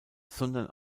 sondern